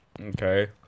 Okay